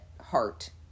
heart